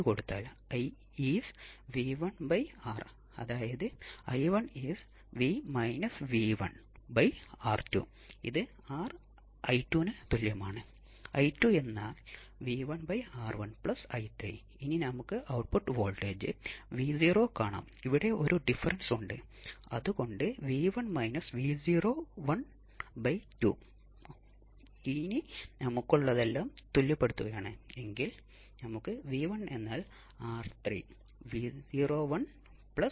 അതിനാൽ നൂറ്റി എൺപത് ഡിഗ്രി വളരെ എളുപ്പത്തിൽ നൽകാൻ എത്ര ആർസി സർക്യൂട്ടുകൾ ആവശ്യമാണ് അറുപതിനെ മൂന്ന് കൊണ്ട് ഗുണിച്ചാൽ നൂറ്റി എൺപത് ഡിഗ്രി ലഭിക്കും അതിനർത്ഥം നമ്മൾക്ക് മൂന്ന് ആർ ഉം മൂന്ന് സി ഉം ആവശ്യമാണ്